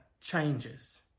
changes